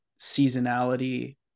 seasonality